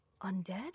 undead